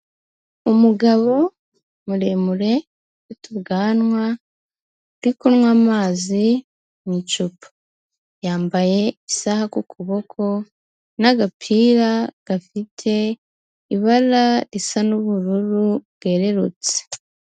Umugabo muremure ufite ubwanwa ari kunywa amazi mu icupa, yambaye isaha ku kuboko, n'agapira gafite ibara risa n'ubururu bwerurutse.